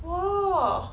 !wow!